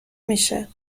میشه